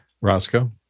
Roscoe